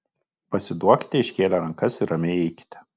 pasiduokite iškėlę rankas ir ramiai eikite